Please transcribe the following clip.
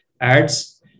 ads